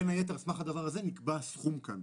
בין היתר על סמך הדבר הזה נקבע הסכום כאן,